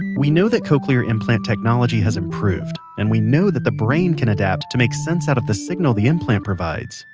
we know that cochlear implant technology has improved, and we know that the brain can adapt to make sense out of the signal the implant provides.